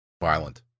violent